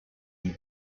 you